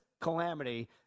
calamity